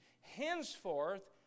Henceforth